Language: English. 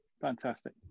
Fantastic